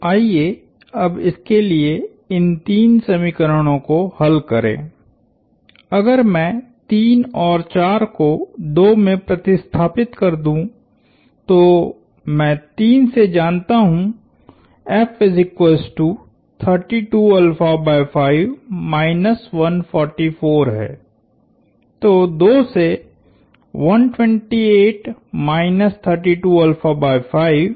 तो आइए अब इसके लिए इन तीन समीकरणों को हल करें अगर मैं 3 और 4 को 2 में प्रतिस्थापित कर दूं तो मैं 3 से जानता हूंहै